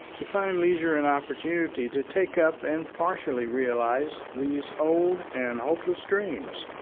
to find leisure and opportunity to take up and partially realize these old and hopeless dreams.